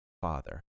Father